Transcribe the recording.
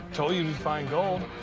told you we'd find gold.